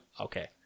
Okay